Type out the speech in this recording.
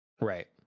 Right